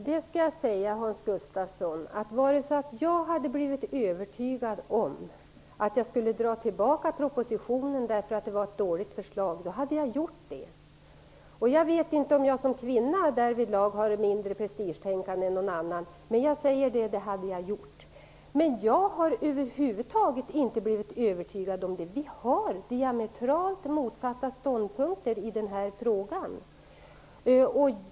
Herr talman! Jag skall säga Hans Gustafsson att om jag hade blivit övertygad om att jag måste dra tillbaks propositionen därför att det var ett dåligt förslag hade jag gjort det. Jag vet inte om jag som kvinna därvidlag har mindre prestigetänkande än någon annan, men jag säger att jag hade gjort det. Men jag har över huvud taget inte blivit övertygad om det. Vi har diametralt motsatta ståndpunkter i denna fråga.